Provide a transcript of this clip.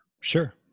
Sure